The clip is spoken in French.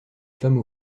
femmes